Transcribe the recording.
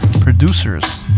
producers